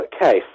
case